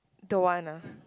don't want ah